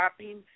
shopping